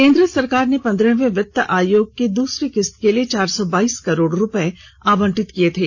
केंद्र सरकार ने पंद्रहवें वित्त आयोग के दूसरी किस्त के लिए चार सौ बाइस करोड़ रुपए आवंटित किए थे